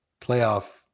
playoff